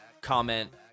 comment